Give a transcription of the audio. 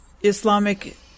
Islamic